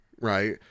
right